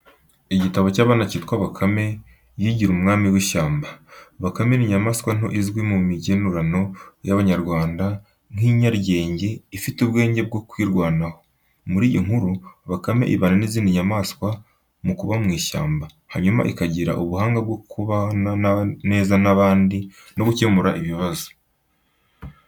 Igitabo cy’abana cyitwa bakame yigira umwami w’ishyamba. Bakame ni inyamaswa nto izwi mu migenurano y’Abanyarwanda nk’inyaryenge, ifite ubwenge bwo kwirwanaho. Muri iyi nkuru, Bakame ibana n’izindi nyamaswa mu ishyamba, hanyuma ikagira ubuhanga bwo kubana neza n’abandi no gukemura ibibazo.